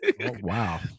wow